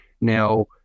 Now